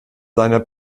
seiner